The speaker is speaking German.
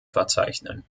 verzeichnen